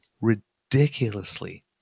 ridiculously